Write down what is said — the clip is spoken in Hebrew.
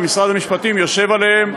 ומשרד המשפטים יושב עליהם,